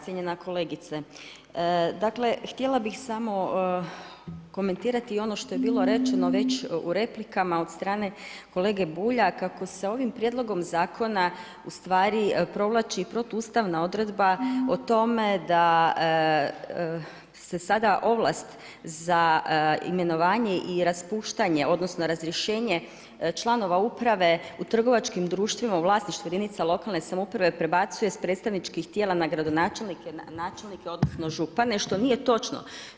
Cijenjena kolegice, dakle, htjela bih samo komentirati ono što je bilo rečeno već u replikama od strane kolege Bulja, kako se ovim prijedlogom zakona ustvari provlači protuustavna odredba o tome, da se sada ovlast za imenovanje i raspuštanje, odnosno, razriješene članova uprave u trgovačkim društvima u vlasištu jedinica lokalne samouprave, prebacuje s predstavničkih tijela na gradonačelnike, načelnike, odnosno, župane, što nije točno.